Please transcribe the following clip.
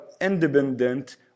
independent